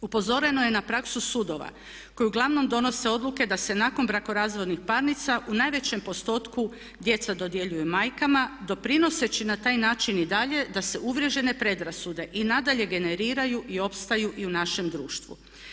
Upozoreno je na praksu sudova koji uglavnom donose odluke da se nakon brakorazvodnih parnica u najvećem postotku djeca dodjeljuju majkama doprinoseći na taj način i dalje da se uvriježene predrasude i nadalje generiraju i opstaju i u našem društvu.